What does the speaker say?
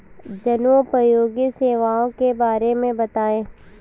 जनोपयोगी सेवाओं के बारे में बताएँ?